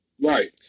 Right